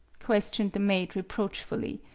ques tioned the maid, reproachfully,